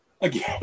again